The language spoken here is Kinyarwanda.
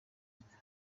amerika